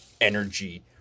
energy